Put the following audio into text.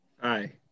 Hi